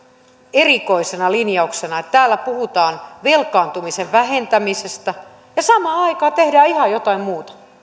erikoisena linjauksena että täällä puhutaan velkaantumisen vähentämisestä ja samaan aikaan tehdään ihan jotain muuta